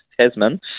Tasman